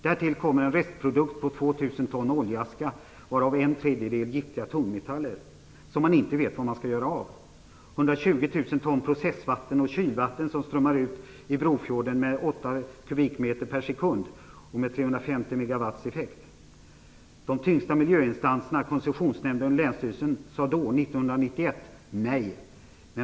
Därtill kommer en restprodukt på 2 000 ton oljeaska, varav en tredjedel är giftiga tungmetaller, som man inte vet var man skall göra av. De tyngsta miljöinstanserna, Koncessionsnämnden och Länsstyrelsen, sade nej 1991.